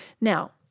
Now